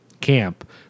camp